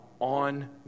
on